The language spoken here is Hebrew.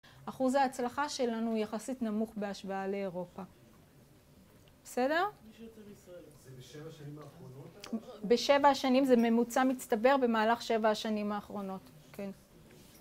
אחוז ההצלחה שלנו יחסית נמוך בהשוואה לאירופה. בסדר? מי שיוצא מישראל? זה בשבע השנים האחרונות? בשבע השנים, זה ממוצע מצטבר במהלך שבע השנים האחרונות. כן.